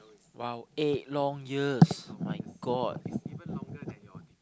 !wow! eight long years my god